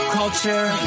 culture